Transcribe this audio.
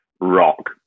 rock